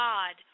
God